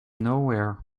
nowhere